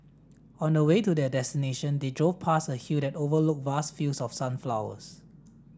on the way to their destination they drove past a hill that overlook vast fields of sunflowers